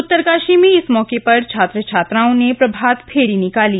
उत्तरकाशी में इस मौके पर छात्र छात्राओं ने प्रभात फेरी निकाली